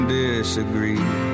disagree